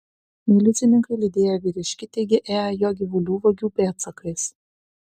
milicininkai lydėję vyriškį teigė ėję jo gyvulių vagių pėdsakais